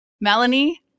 Melanie